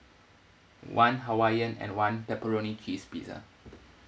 one hawaiian and one pepperoni cheese pizza